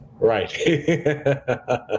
Right